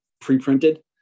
pre-printed